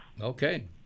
Okay